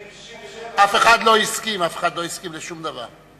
1967. אף אחד לא הסכים לשום דבר,